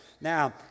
Now